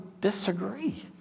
disagree